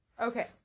Okay